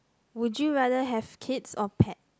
would you rather have kids or pet